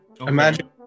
Imagine